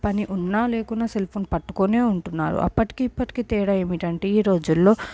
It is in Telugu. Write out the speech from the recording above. పని ఉన్నా లేకున్నా సెల్ ఫోన్ పట్టుకొనే ఉంటున్నారు అప్పటికీ ఇప్పటికీ తేడా ఏంటంటే ఈరోజుల్లో